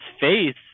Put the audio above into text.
face